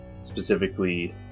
specifically